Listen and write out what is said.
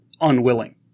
unwilling